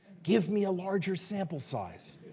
give me a larger sample size.